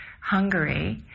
Hungary